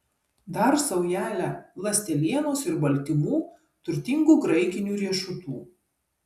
dar saujelę ląstelienos ir baltymų turtingų graikinių riešutų